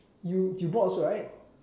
you you bought also right